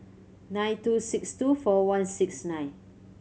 nine two six two four one six nine